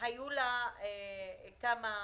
היו כמה רעיונות,